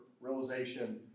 realization